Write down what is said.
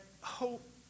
hope